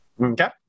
okay